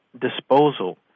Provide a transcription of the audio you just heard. disposal